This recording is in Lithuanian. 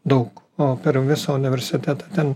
daug o per visą universitetą ten